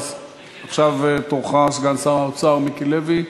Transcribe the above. עכשיו תורך, סגן שר האוצר מיקי לוי.